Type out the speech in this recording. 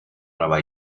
nueva